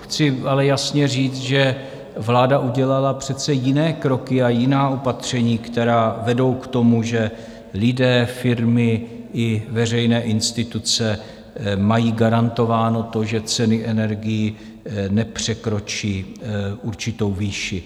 Chci ale jasně říct, že vláda udělala přece jiné kroky a jiná opatření, která vedou k tomu, že lidé, firmy i veřejné instituce mají garantováno to, že ceny energií nepřekročí určitou výši.